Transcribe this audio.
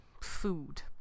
food